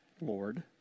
Lord